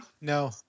No